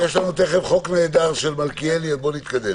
תיכף חוק נהדר של מלכיאלי, אז בואו נתקדם.